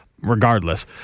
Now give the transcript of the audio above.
regardless